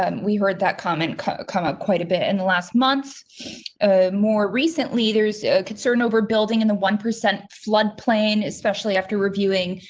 um we heard that comment come up quite a bit in the last month more recently there's a concern over building and the one percent flood plain, especially after reviewing,